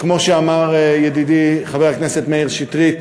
כמו שאמר ידידי חבר הכנסת מאיר שטרית,